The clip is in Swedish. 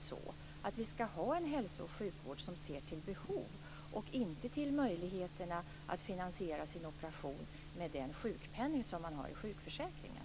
Skall vi inte ha en hälso och sjukvård som ser till behov och inte till möjligheterna att finansiera människors operation med den sjukpenning som man har i sjukförsäkringen?